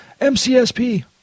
MCSP